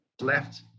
left